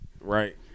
Right